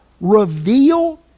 reveal